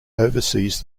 oversees